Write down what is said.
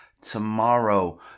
tomorrow